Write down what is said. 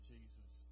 Jesus